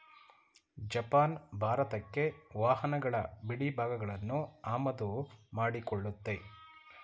Japan ಭಾರತಕ್ಕೆ ವಾಹನಗಳ ಬಿಡಿಭಾಗಗಳನ್ನು ಆಮದು ಮಾಡಿಕೊಳ್ಳುತ್ತೆ